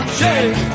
shake